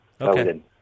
Okay